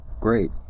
great